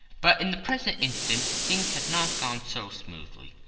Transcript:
but in the present instance things had not gone so smoothly.